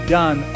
done